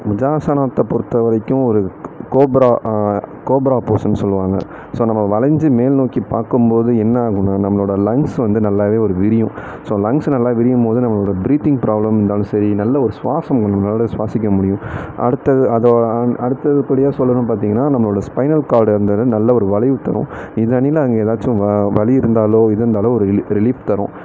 மிஜாசனத்தைப் பொருத்தவரைக்கும் ஒரு cobra cobra position சொல்லுவாங்க ஸோ நம்ம வளைஞ்சு மேல்நோக்கிப் பார்க்கும்போது என்ன ஆகுன்னா நம்மளோட லங்க்ஸ் வந்து நல்லாவே ஒரு விரியும் ஸோ லங்க்ஸ் நல்லா விரியும்போது நம்மளோட பிரீத்திங் ப்ராப்ளம் இருந்தாலும் சரி நல்ல ஒரு சுவாசம் நம்ம சுவாகிக்க முடியும் அடுத்தது அதோ அடுத்தபடியாக சொல்லணும் பார்த்திங்கனா நம்மளோட ஸ்பைனல் கார்டு அந்ததது நல்ல ஒரு வளைவு தரும் இதனிலா அங்கே எதாச்சும் வலி இருந்தாலோ இது இருந்தாலோ ரிலீஃப் தரும்